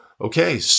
Okay